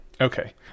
Okay